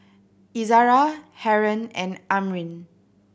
Izzara Haron and Amrin